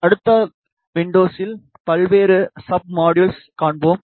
அடுத்த வின்டோஸில் பல்வேறு சப் மாடியுல் காண்போம்